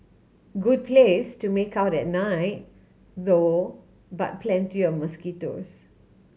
good place to make out at night though but plenty of mosquitoes